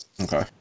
Okay